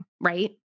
right